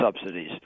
subsidies